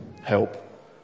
help